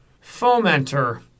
fomenter